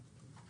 מה אמרת?